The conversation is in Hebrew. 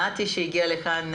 לנתי ביאליסטוק-כהן שהגיע לכאן,